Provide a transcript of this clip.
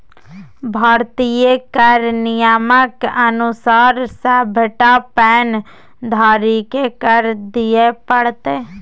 भारतीय कर नियमक अनुसार सभटा पैन धारीकेँ कर दिअ पड़तै